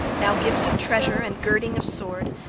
now gift of treasure and girding of sword,